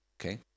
Okay